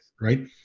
right